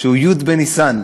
י' בניסן,